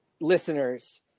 listeners